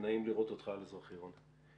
נעים לראות אותך על אזרחי, רונן.